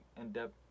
in-depth